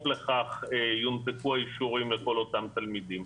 לכך יונפקו האישורים לכל אותם תלמידים.